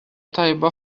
tajba